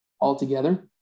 altogether